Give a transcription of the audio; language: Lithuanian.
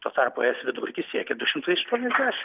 tuo tarpu es vidurkis siekė du šimtai aštuoniasdešim